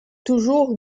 toujours